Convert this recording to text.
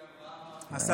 יכולתי.